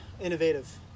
innovative